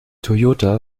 toyota